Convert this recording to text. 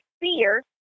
fear